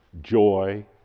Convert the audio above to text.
joy